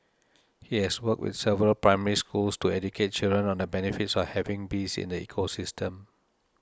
he has worked with several Primary Schools to educate children on the benefits of having bees in the ecosystem